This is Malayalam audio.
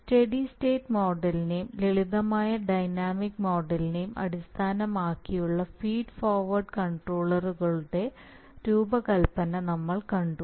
സ്റ്റെഡി സ്റ്റേറ്റ് മോഡലിനെയും ലളിതമായ ഡൈനാമിക് മോഡലിനെയും അടിസ്ഥാനമാക്കിയുള്ള ഫീഡ് ഫോർവേഡ് കൺട്രോളറുകളുടെ രൂപകൽപ്പന നമ്മൾ കണ്ടു